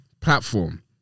Platform